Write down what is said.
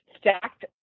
stacked